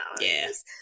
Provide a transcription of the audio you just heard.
yes